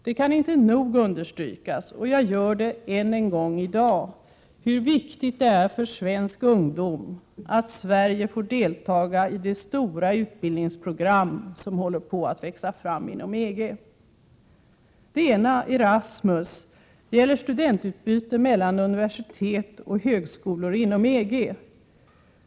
Det kan inte nog understrykas — och jag gör det än en gång i dag — hur viktigt det är för svensk ungdom att Sverige får delta i de stora utbildningsprogram som håller på att växa fram inom EG. Det ena, Erasmus, gäller studentutbyte mellan universitet och högskolor inom EG.